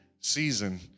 season